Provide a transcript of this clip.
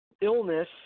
illness